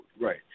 Right